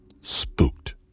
spooked